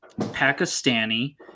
pakistani